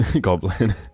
Goblin